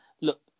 look